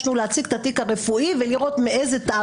להציג את התיק הרפואי ולראות מאיזה תאריך.